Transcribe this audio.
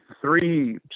three